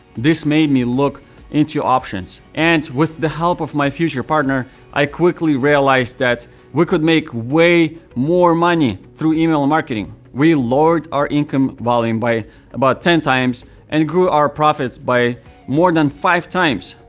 this made me look into options and with the help of my future partner, i quickly realized that we could make way more money through email marketing. we lowered our incoming volume by about ten times and grew our profits by more than five times.